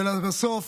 ולבסוף,